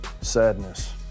Sadness